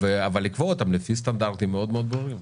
אבל לקבוע אותם לפי סטנדרטים מאוד מאוד ברורים.